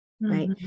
right